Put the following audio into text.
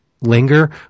linger